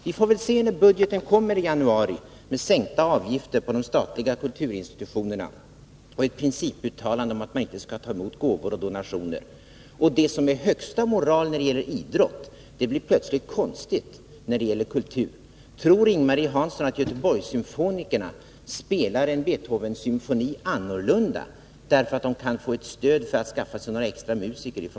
Vi får väl se när budgeten kommer i januari med sänkta avgifter på de statliga kulturinstitutionerna och ett principuttalande om att man inte skall ta emot gåvor och donationer. Det som är högsta moral när det gäller idrott blir plötsligt konstigt när det gäller kultur. Tror Ing-Marie Hansson att Göteborgssymfonikerna spelar en Beethovensymfoni annorlunda, därför att de kan få ett stöd från Volvo för att skaffa sig några extra musiker?